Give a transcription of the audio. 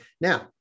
Now